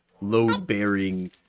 load-bearing